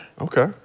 Okay